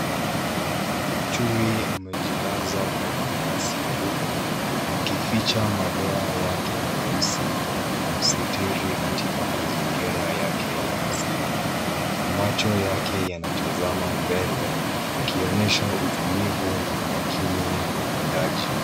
Chui amejilaza kwenye nyasi fufi akificha madoa yake meusi na kumsitiri katika mazingira yake ya asili, macho yake yanatazama mbele akionyesha utulivu na umakini wa mwindaji.